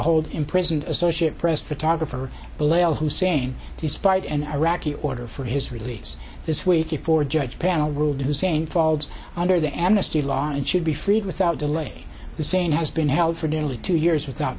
hold imprisoned associated press photographer blair hussein despite an iraqi order for his release this week before judge panel ruled hussein falls under the amnesty law and should be freed without delay the same has been held for nearly two years without